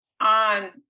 on